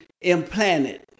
implanted